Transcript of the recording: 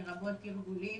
לרבות ארגונים,